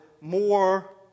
more